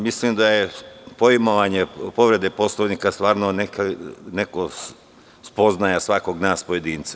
Mislim da je poimovanje povrede Poslovnika stvarno spoznaja svakog nas pojedinca.